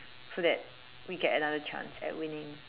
so that we get another chance at winning